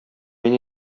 мин